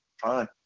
fine